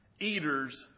Eaters